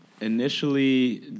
Initially